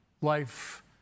life